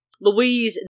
Louise